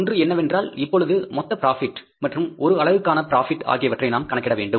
ஒன்று என்னவென்றால் இப்பொழுது மொத்த ப்ராபிட் மற்றும் ஒரு அலகுக்கான ப்ராபிட் ஆகியவற்றை நாம் கணக்கிட வேண்டும்